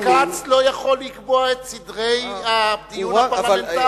אבל בג"ץ לא יכול לקבוע את סדרי הדיון הפרלמנטריים,